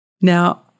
Now